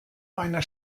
einer